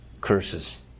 Curses